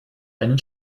einen